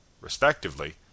respectively